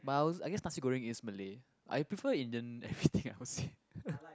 but I I guess nasi-goreng is Malay I prefer Indian everything else